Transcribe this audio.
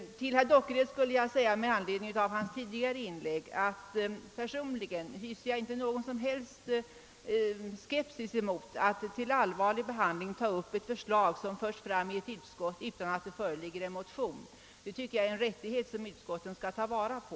Med anledning av herr Dockereds tidigare inlägg vill jag framhålla att jag personligen inte hyser någon som helst skepsis mot att till allvarlig behandling ta upp ett förslag som framförs i ett utskott utan att det föreligger en motion. Att gå till väga på detta sätt tycker jag är en rättighet som utskotten skall ta vara på.